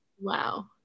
Wow